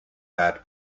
bad